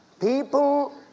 People